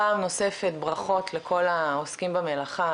פעם נוספת ברכות לכל העוסקים במלאכה,